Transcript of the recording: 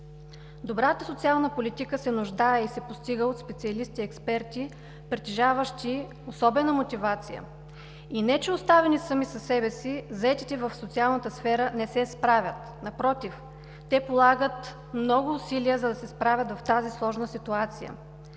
Добрата социална политика се нуждае и се постига от специалисти-експерти, притежаващи особена мотивация. И не че оставени сами със себе си, заетите в социалната сфера не се справят. Напротив, те полагат много усилия, за да се справят в тази сложна ситуация.